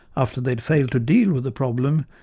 after they had failed to deal with the problem,